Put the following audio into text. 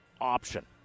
option